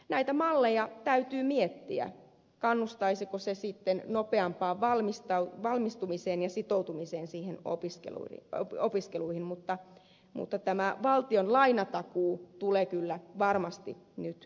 näitä malleja täytyy miettiä kannustaisivatko ne sitten nopeampaan valmistumiseen ja sitoutumiseen opiskeluihin mutta valtion lainatakuu tulee kyllä varmasti nyt tarpeeseen